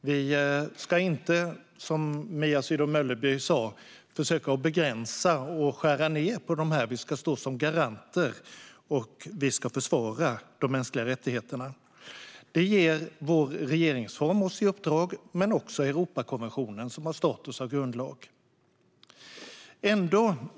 Vi ska inte begränsa och skära ned på det, utan vi ska stå som garanter och försvara de mänskliga rättigheterna. Det ger vår regeringsform oss i uppdrag men också Europakonventionen, som har status av grundlag.